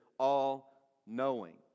all-knowing